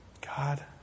God